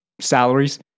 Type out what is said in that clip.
salaries